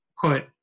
put